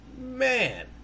man